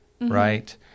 right